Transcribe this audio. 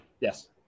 Yes